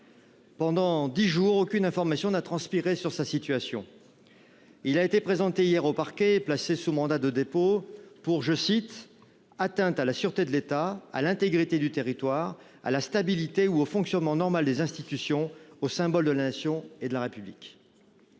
Pendant dix jours, aucune information n’a transpiré sur sa situation. Boualem Sansal a finalement été présenté hier au parquet et placé sous mandat de dépôt pour « atteinte à la sûreté de l’État, à l’intégrité du territoire, à la stabilité ou au fonctionnement normal des institutions, aux symboles de la Nation et de la République ».